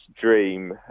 dream